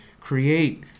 create